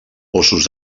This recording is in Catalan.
ossos